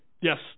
yes